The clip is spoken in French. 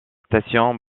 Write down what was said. station